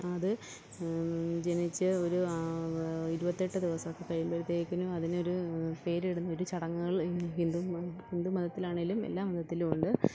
അതു ജനിച്ച് ഒരു ഇരുപത്തി എട്ട് ദിവസം കഴിയുമ്പോഴേത്തേക്കിലും അതിനെ ഒരു പേരിടുന്ന ഒരു ചടങ്ങുകൾ ഹിന്ദു ഹിന്ദുമതത്തിൽ ആണേലും എല്ലാ മതത്തിലും ഉണ്ട്